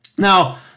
Now